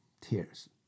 Tears